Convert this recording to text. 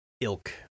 ilk